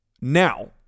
Now